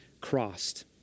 crossed